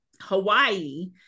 Hawaii